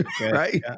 Right